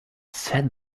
set